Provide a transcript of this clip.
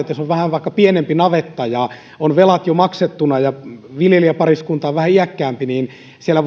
että jos on vähän vaikka pienempi navetta ja on velat jo maksettuna ja viljelijäpariskunta on vähän iäkkäämpi niin siellä